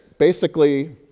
basically,